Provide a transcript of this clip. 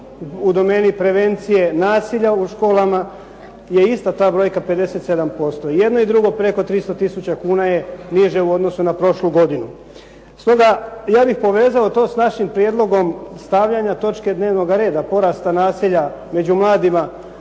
u domeni prevencije nasilja u školama je ista ta brojka 57%. I jedno i drugo preko 300 tisuća kuna je niže u odnosu na prošlu godinu. Stoga ja bih povezao to s našim prijedlogom stavljanja točke dnevnoga reda porasta nasilja među mladima